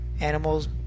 animals